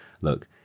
look